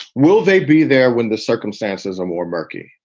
will they be there when the circumstances are more murky?